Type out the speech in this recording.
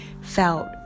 felt